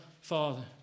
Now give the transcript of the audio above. Father